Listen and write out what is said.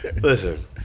Listen